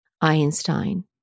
Einstein